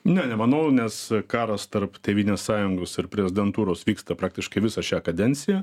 ne nemanau nes karas tarp tėvynės sąjungos ir prezidentūros vyksta praktiškai visą šią kadenciją